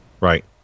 Right